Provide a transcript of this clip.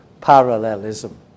parallelism